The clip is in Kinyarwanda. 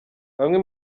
bamwe